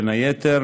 בין היתר,